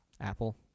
Apple